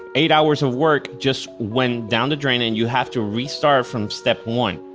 eight hours of work just went down the drain, and you have to restart from step one.